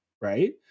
right